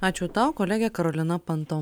ačiū tau kolegė karolina panto